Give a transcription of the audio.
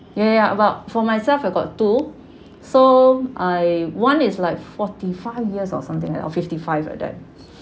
ya ya about for myself I got two so I one is like forty five years or something like that or fifty five like that